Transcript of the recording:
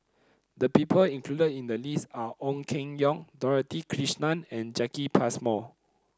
the people included in the list are Ong Keng Yong Dorothy Krishnan and Jacki Passmore